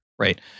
Right